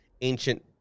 ancient